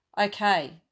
okay